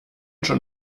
schon